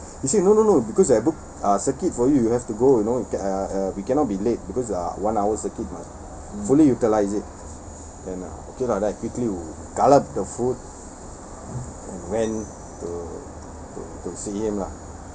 he say no no no because I book uh circuit for you you have to go you know uh uh we cannot be late because uh one hour circuit mah fully utilise it then uh okay lah then I quickly சாப்பிட்டு:saapittu the food and went to to to see him lah